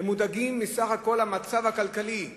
הם מודאגים מכל המצב הכלכלי בארץ,